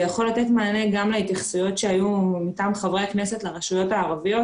זה יכול לתת מענה גם להתייחסויות שהיו מטעם חברי הכנסת לרשויות הערביות